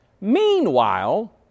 Meanwhile